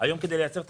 היום כדי לייצר את